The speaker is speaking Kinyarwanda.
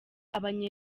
abanya